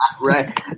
right